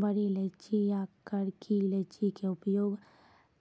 बड़ी इलायची या करकी इलायची के उपयोग